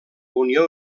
unió